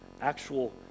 actual